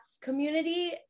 community